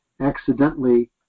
accidentally